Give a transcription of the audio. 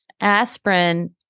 Aspirin